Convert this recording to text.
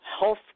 health